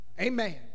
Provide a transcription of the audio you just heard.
Amen